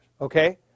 Okay